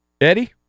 Eddie